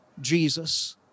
Jesus